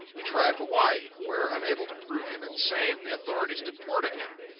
he tried hawaii, where, unable to prove him insane, the authorities deported him.